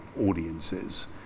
audiences